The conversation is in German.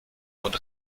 und